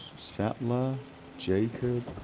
settler jacob?